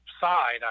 side